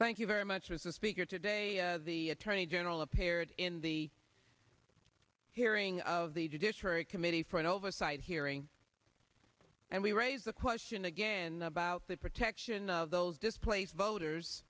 thank you very much as the speaker today the attorney general appeared in the hearing of the judiciary committee for an oversight hearing and we raise the question again about the protection of those displaced voters